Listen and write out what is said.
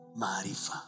marifa